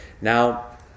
now